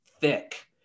thick